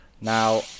Now